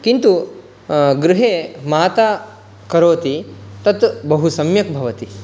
किन्तु गृहे माता करोति तत् बहुसम्यक् भवति